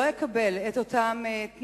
אותו ילד שלא יקבל את אותם תנאים,